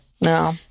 no